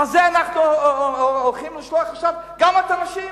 על זה אנחנו הולכים לשלוח עכשיו גם את הנשים?